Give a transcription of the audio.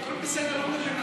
הכול בסדר, לא מדברים על זה.